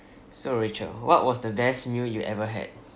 so rachel what was the best meal you ever had